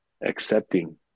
accepting